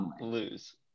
lose